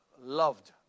loved